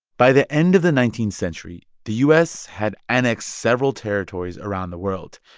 by the end of the nineteenth century, the u s. had annexed several territories around the world.